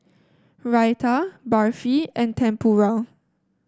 Raita Barfi and Tempura